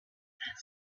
that